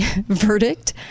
verdict